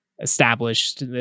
established